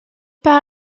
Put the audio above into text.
par